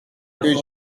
que